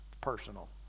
personal